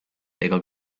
ega